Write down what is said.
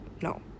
no